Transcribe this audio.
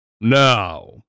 Now